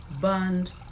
burned